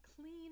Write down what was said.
clean